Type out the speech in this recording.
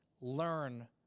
learn